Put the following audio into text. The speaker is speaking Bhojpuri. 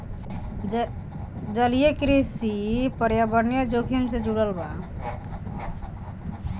जलीय कृषि पर्यावरणीय जोखिम से जुड़ल बा